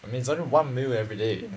I mean it's only one meal everyday